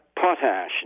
potash